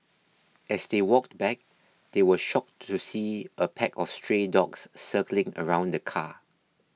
as they walked back they were shocked to see a pack of stray dogs circling around the car